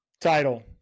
title